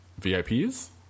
VIPs